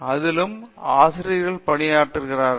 அதிலும் ஆசிரியர்கள் பணியாற்றுகிறார்கள்